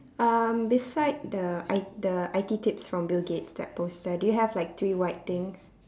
um beside the i~ the I_T tips from bill gates that poster do you have like three white things